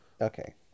okay